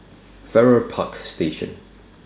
Farrer Park Station